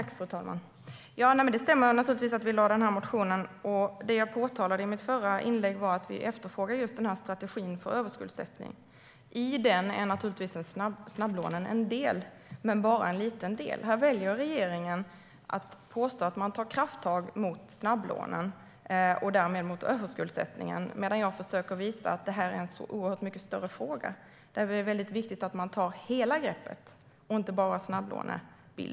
Fru talman! Det stämmer naturligtvis att vi har lagt den motionen. Det jag påtalade i mitt förra inlägg var att vi efterfrågade strategin för överskuldsättning. I den är snabblånen en del - men bara en liten del. Här väljer regeringen att påstå att man tar krafttag mot snabblånen och därmed mot överskuldsättning, medan jag försöker visa att det är en oerhört mycket större fråga, där det är viktigt att man tar hela greppet, inte bara över snabblånen.